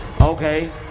okay